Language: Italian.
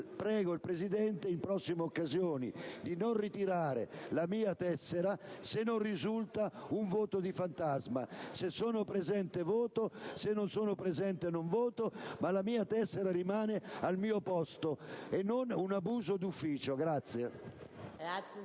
prego il Presidente, nelle prossime occasioni, di non far ritirare la mia tessera se non risulta un voto fantasma. Se sono presente voto, se non sono presente non voto, ma la mia tessera rimane al suo posto e non deve esserci alcun